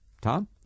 Tom